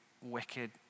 wicked